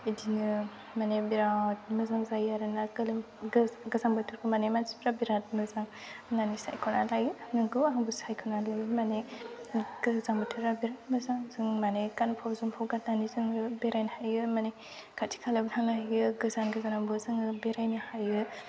बिदिनो माने बिराद मोजां जायो आरो ना गोजां बोथोरखौ माने मानसिफ्रा बिराद मोजां होननानै सायख'ना लायो नंगौ आंबो सायख'नानै लायो माने गोजां बोथोरा बिराद मोजां जों माने गानफब जोमफब गाननानै जोङो बेरायनो हायो माने खाथि खालाबो थांनो हायो गोजान गोजानावबो जोङो बेरायनो हायो